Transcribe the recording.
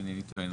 אם אני לא טועה,